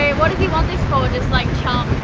what does he want this for? just like chum?